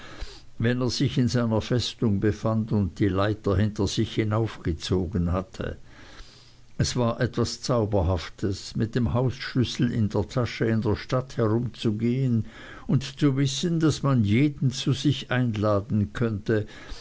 wenn er sich in seiner festung befand und die leiter hinter sich hinaufgezogen hatte es war etwas zauberhaftes mit dem hausschlüssel in der tasche in der stadt herumzugehen und zu wissen daß man jeden zu sich einladen könnte